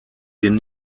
den